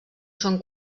són